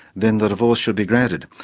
then the divorce should be granted.